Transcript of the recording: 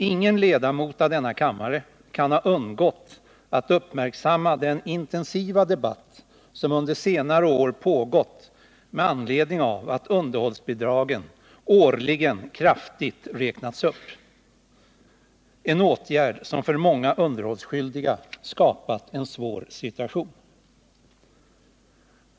Ingen ledamot av denna kammare kan ha undgått att uppmärksamma den intensiva debatt som under senare år pågått med anledning av att underhållsbidragen årligen kraftigt räknats upp, en åtgärd som för många underhållsskyldiga skapat en svår situation.